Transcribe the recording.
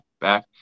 back